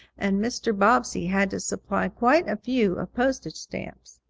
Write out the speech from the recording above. and mr. bobbsey had to supply quite a few postage stamps.